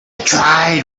tried